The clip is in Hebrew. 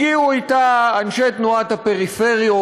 הגיעו אתה אנשי תנועת הפריפריות,